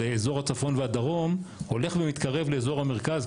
אזור הצפון והדרום הולך ומתקרב לאזור המרכז,